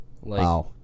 Wow